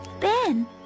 Ben